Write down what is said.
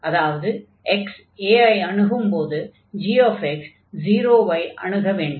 அதாவது x a ஐ அணுகும்போது gx 0 ஐ அணுகவதாக இருக்க வேண்டும்